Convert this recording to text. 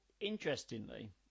interestingly